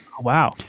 Wow